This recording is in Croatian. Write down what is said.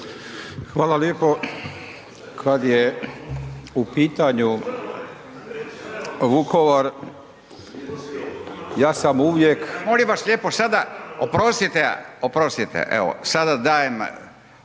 Hvala lijepo. Kad je u pitanju Vukovar, ja sam uvijek…